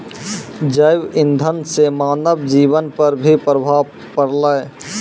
जैव इंधन से मानव जीबन पर भी प्रभाव पड़लै